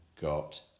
got